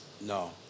no